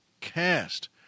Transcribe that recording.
cast